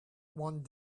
one